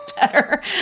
better